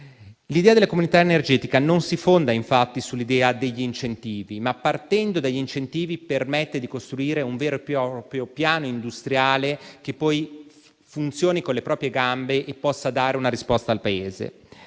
L'idea della comunità energetica non si fonda infatti sull'idea degli incentivi, ma, partendo dagli incentivi, permette di costruire un vero e proprio piano industriale che poi funzioni con le proprie gambe e possa dare una risposta al Paese.